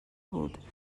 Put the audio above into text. بود